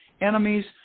enemies